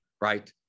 right